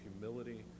humility